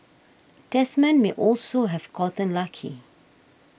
Desmond may also have gotten lucky